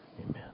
Amen